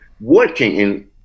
working